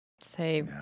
Say